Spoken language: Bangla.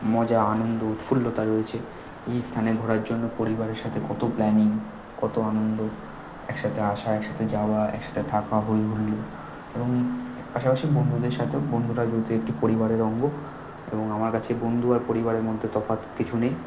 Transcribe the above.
মজা আনন্দ উৎফুল্লতা রয়েছে এই স্থানে ঘোরার জন্য পরিবারের সাথে কত প্ল্যানিং কত আনন্দ একসাথে আসা একসাথে যাওয়া একসাথে থাকা হইহুল্লোড় এবং পাশাপাশি বন্ধুদের সাথেও বন্ধুরা যেহেতু একটি পরিবারের অঙ্গ এবং আমার কাছে বন্ধু আর পরিবারের মধ্যে তফাৎ কিছু নেই